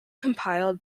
compiled